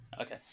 Okay